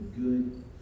good